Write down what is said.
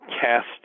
cast